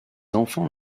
enfants